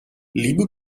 liebe